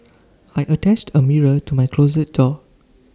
I attached A mirror to my closet door